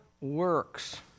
works